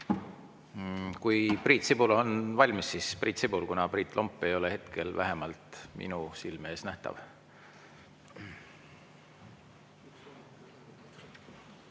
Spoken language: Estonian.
Kui Priit Sibul on valmis, siis Priit Sibul, kuna Priit Lomp ei ole hetkel vähemalt minu silme ees nähtav.